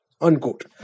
Unquote